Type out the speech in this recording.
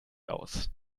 aus